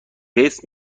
قسط